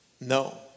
No